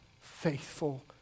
faithful